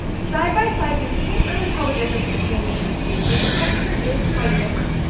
side by side, you can't really tell the difference between these two, but the texture is quite different.